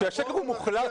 כשהשקר הוא מוחלט